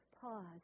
pause